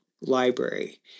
library